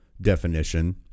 Definition